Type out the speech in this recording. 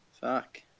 Fuck